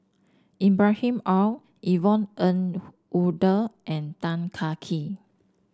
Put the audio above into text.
Ibrahim Awang Yvonne Ng Uhde and Tan Kah Kee